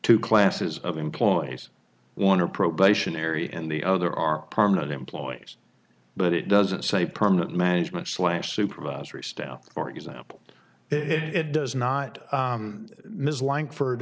two classes of employees want to probationary and the other are permanent employees but it doesn't say permanent management slash supervisory staff for example it does not ms langfor